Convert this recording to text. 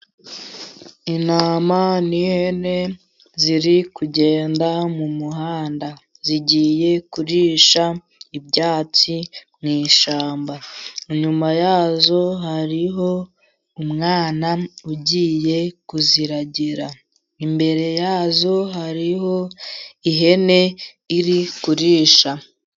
Intama n'ihene ziri kugenda mu muhanda. Zigiye kurisha ibyatsi mu ishyamba. Inyuma ya zo hariho umwana ugiye kuziragira. Imbere ya zo hariho ihene iri kurisha.